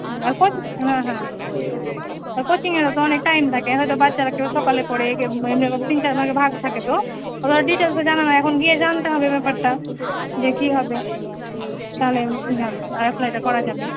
হ্যাঁ কোচিং হ্যাঁ হ্যাঁ আর কোচিং এরও তো অনেক টাইম থাকে হয়তো বাচ্চারা কেউ সকালে পড়ে কেউ এরম তিন চার ভাগে ভাগ থাকে তো এবার ডিটেলসে জানা নাই এখন গিয়ে জানতে হবে যে ব্যাপারটা যে কী হবে তালে কি হ্যাঁ অ্যাপ্লাইটা করা যাবে